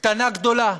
קטנה-גדולה: